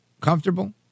comfortable